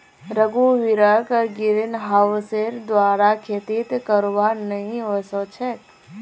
रघुवीरक ग्रीनहाउसेर द्वारा खेती करवा नइ ओस छेक